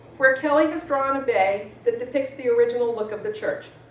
where kelly has drawn a bay that depicts the original look of the church.